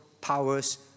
powers